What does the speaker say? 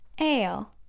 Ale